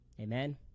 Amen